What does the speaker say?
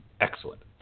Excellent